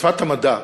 שפת המדע,